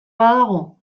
badago